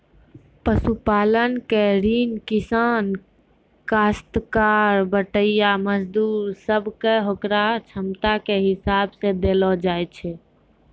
पशुपालन के ऋण किसान, कास्तकार, बटाईदार, मजदूर सब कॅ होकरो क्षमता के हिसाब सॅ देलो जाय छै